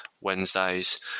Wednesdays